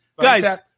Guys